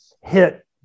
hit